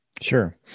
Sure